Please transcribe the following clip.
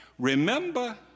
Remember